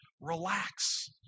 Relax